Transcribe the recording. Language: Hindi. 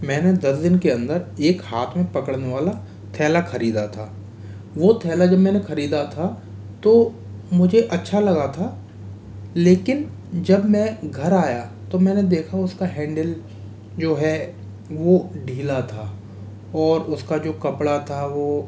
मैंने दस दिन के अंदर एक हाथ में पकड़ने वाला थैला खरीदा था वो थैला जब मैंने खरीदा था तो मुझे अच्छा लगा था लेकिन जब में घर आया तो मैंने देखा उसका हेंडिल जो है वो ढीला था और उसका जो कपड़ा था वो